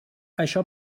això